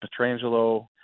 Petrangelo